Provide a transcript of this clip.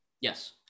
yes